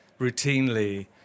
routinely